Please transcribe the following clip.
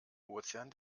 ozean